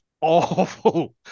awful